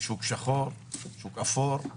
שוק שחור, שוק אפור.